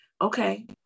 okay